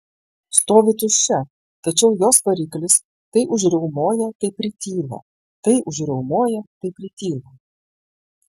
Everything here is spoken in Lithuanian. stovi tuščia tačiau jos variklis tai užriaumoja tai prityla tai užriaumoja tai prityla